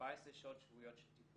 14 שעות שבועיות של טיפול,